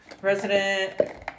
President